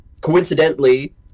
coincidentally